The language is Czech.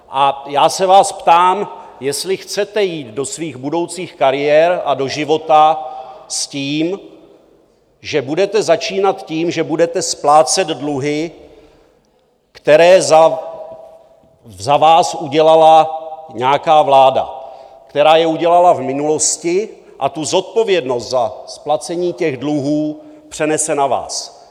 A já se vás ptám, jestli chcete jít do svých budoucích kariér a do života s tím, že budete začínat tím, že budete splácet dluhy, které za vás udělala nějaká vláda, která je udělala v minulosti a tu zodpovědnost za splacení těch dluhů přenese na vás.